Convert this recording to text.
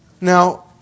Now